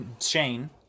shane